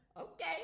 okay